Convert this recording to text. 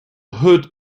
hood